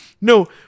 no